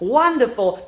wonderful